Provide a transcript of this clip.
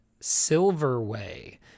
Silverway